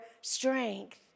strength